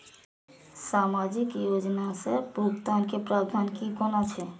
सामाजिक योजना से भुगतान के प्रावधान की कोना छै?